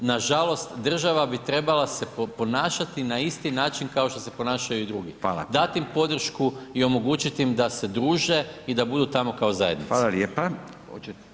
Nažalost, država bi trebala se ponašati na isti način kao što se ponašaju i drugi [[Upadica: Hvala.]] Dati im podršku i omogućiti im da se druže i da budu tamo kao zajednica.